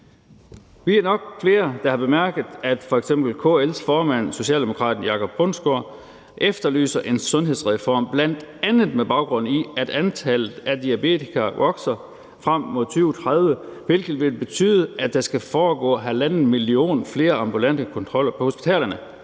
Vi er nok flere, der har bemærket, at f.eks. KL's formand, socialdemokraten Jacob Bundsgaard, efterlyser en sundhedsreform, bl.a. med baggrund i, at antallet af diabetikere vokser frem mod 2030, hvilket vil betyde, at der skal foregå 1,5 millioner flere ambulante kontroller på hospitalerne,